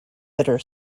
bitter